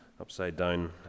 upside-down